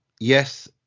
yes